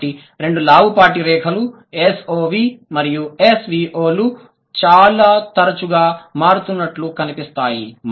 కాబట్టి రెండు లావుపాటి రేఖలు SOV మరియు SVO లు చాలా తరచుగా మారుతున్నట్లు కనిపిస్తాయి